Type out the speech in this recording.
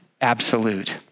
absolute